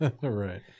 right